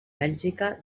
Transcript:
bèlgica